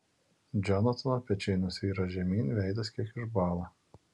džonatano pečiai nusvyra žemyn veidas kiek išbąla